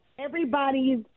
Everybody's